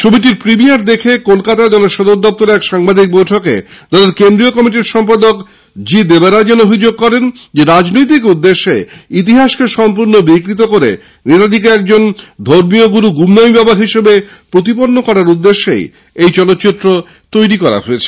ছবিটির প্রিমিয়ার দেখে কলকাতায় দলের সদর দপ্তরে এক সাংবাদিক বৈঠকে দলের কেন্দ্রীয় কমিটির সম্পাদক জি দেবারাজন অভিযোগ করেন রাজনৈতিক উদ্দেশ্যে ইতিহাসকে সম্পূর্ণ বিকৃত করে নেতাজিকে একজন ধর্মীয় গুরু গুমনামী বাবা হিসেবে প্রতিপন্ন করার উদ্দেশ্যেই এই চলচ্চিত্র তৈরী করা হয়েছে